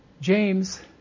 James